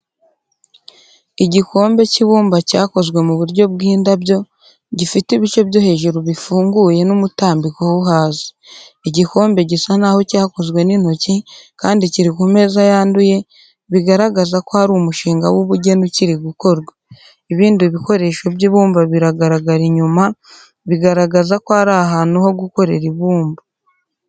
Igikombe cy'ibumba cyakozwe mu buryo bw'indabyo, gifite ibice byo hejuru bifunguye n'umutambiko wo hasi. Igikombe gisa n'aho cyakozwe n'intoki, kandi kiri ku meza yanduye, bigaragaza ko ari umushinga w'ubugeni ukiri gukorwa. Ibindi bikoresho by'ibumba biragaragara inyuma, bigaragaza ko ari ahantu ho gukorera ibumba.